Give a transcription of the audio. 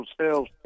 sales